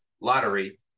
lottery